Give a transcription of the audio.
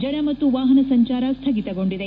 ಜನ ಮತ್ತು ವಾಹನ ಸಂಚಾರ ಸ್ಥಗಿತಗೊಂಡಿದೆ